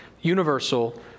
universal